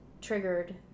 triggered